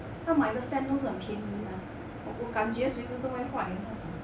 她买的 fan 都是很便宜的我我感觉随时都会坏的那种